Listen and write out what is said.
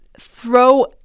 throw